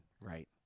Right